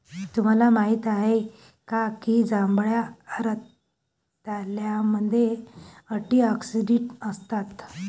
तुम्हाला माहित आहे का की जांभळ्या रताळ्यामध्ये अँटिऑक्सिडेंट असतात?